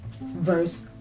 verse